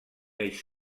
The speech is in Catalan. eix